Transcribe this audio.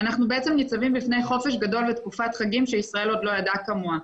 אנחנו בעצם ניצבים בפני חופש גדול ותקופת חגים שישראל עוד לא ידעה כמוה.